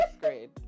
grade